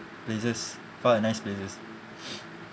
places far and nice places